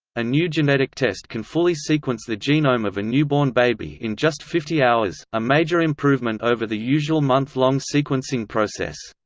a new genetic test can fully sequence the genome of a newborn baby in just fifty hours, a major improvement over the usual month-long sequencing process.